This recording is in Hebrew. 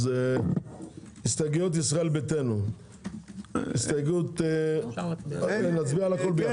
אז הסתייגויות ישראל ביתנו, נצביע על הכול ביחד.